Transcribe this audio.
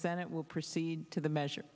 senate will proceed to the measure